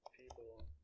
people